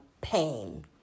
pain